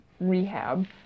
rehab